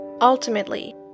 Ultimately